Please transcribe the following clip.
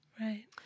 Right